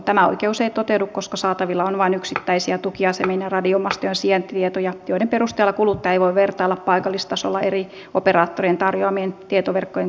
tämä oikeus ei toteudu koska saatavilla on vain yksittäisiä tukiasemien ja radiomastojen sijaintitietoja joiden perusteella kuluttaja ei voi vertailla paikallistasolla eri operaattorien tarjoamien tietoverkkojen kattavuutta